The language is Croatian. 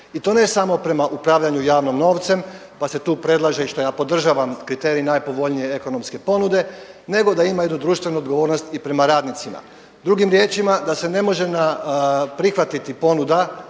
i to ne samo prema upravljanju javnim novcem pa se tu predlaže i šta ja podražavam kriterij najpovoljnije ekonomske ponude, nego da ima jednu društvenu odgovornost i prema radnicima. Drugim riječima da se ne može prihvatiti ponuda